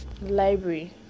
library